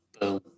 Boom